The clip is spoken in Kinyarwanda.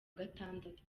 gatandatu